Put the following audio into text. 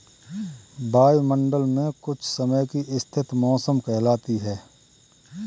वायुमंडल मे कुछ समय की स्थिति मौसम कहलाती है